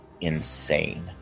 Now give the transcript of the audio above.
insane